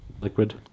Liquid